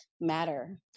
matter